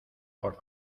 por